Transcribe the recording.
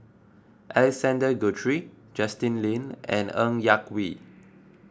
Alexander Guthrie Justin Lean and Ng Yak Whee